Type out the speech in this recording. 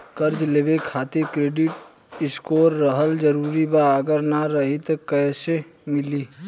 कर्जा लेवे खातिर क्रेडिट स्कोर रहल जरूरी बा अगर ना रही त कैसे मिली?